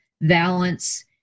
balance